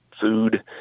food